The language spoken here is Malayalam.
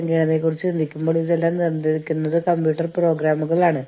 പക്ഷേ നിയമം നിങ്ങളോട് എന്താണ് പറയുന്നതെന്ന് കണ്ടെത്തേണ്ടത് വളരെ പ്രധാനമാണ്